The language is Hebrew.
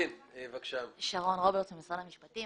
אני ממשרד המשפטים.